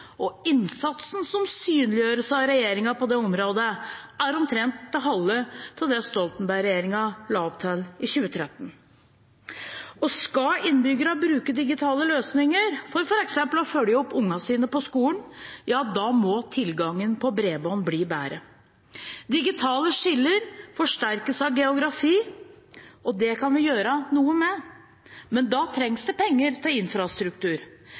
gjenstår. Innsatsen som synliggjøres av regjeringen på det området, er omtrent det halve av det Stoltenberg-regjeringen la opp til i 2013. Skal innbyggere bruke digitale løsninger for f.eks. å følge opp ungene sine på skolen, ja da må tilgangen på bredbånd bli bedre. Digitale skiller forsterkes av geografi, og det kan vi gjøre noe med, men da trengs det penger til infrastruktur.